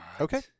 Okay